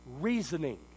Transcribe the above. reasoning